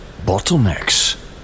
bottlenecks